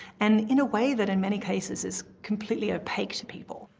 and in a way that, in many cases, is completely opaque to people.